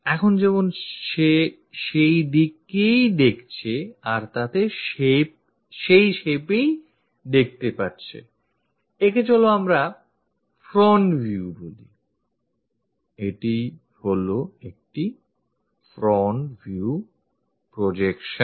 এখন যেমন সে সেই দিকেই দেখছে আর তাতে যে shape ই দেখছে একে চলো আমরা front view বলি এটি হলো একটি front view projection